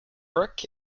work